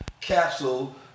capsule